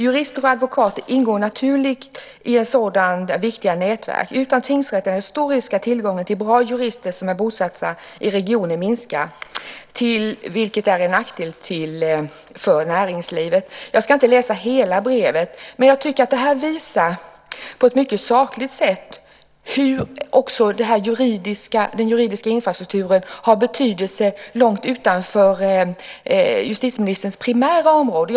Jurister och advokater ingår naturligt i det så viktiga regionala nätverket. Utan tingsrätt är det stor risk att tillgången på bra jurister som är bosatta i regionen minskar, vilket är till nackdel för det lokala näringslivet." Jag ska inte läsa hela brevet. Men det visar på ett mycket sakligt sätt hur också den juridiska infrastrukturen har betydelse långt utanför justitieministerns primära område.